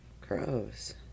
gross